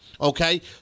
okay